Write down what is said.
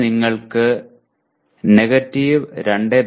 അത് നിങ്ങൾക്ക് 2